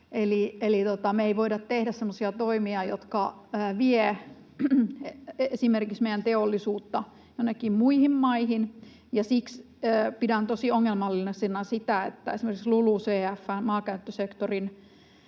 Eli me ei voida tehdä semmoisia toimia, jotka vievät esimerkiksi meidän teollisuutta jonnekin muihin maihin. Ja siksi pidän tosi ongelmallisena sitä, että esimerkiksi LULUCF:n, maankäyttösektorin,